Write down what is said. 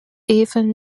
even